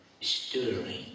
stirring